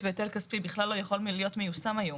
והיטל כספי בכלל לא יכול להיות מיושם היום,